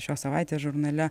šios savaitės žurnale